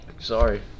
sorry